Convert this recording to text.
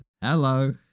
Hello